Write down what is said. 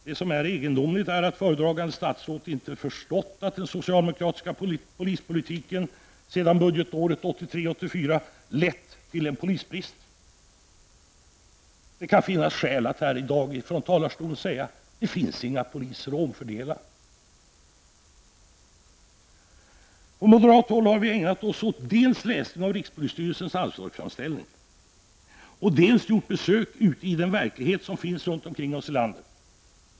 Det är egendomligt att föredragande statsrådet inte förstått att den socialdemokratiska polispolitiken sedan budgetåret 1983/84 lett till en polisbrist. Det kan finnas skäl att här i dag från talarstolen säga att det i dag inte finns några poliser att omfördela. Från moderat håll har vi dels ägnat oss åt läsning av rikspolisstyrelsens anslagsframställningar, dels gjort besök i den verklighet som finns runt omkring oss i landet.